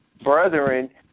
brethren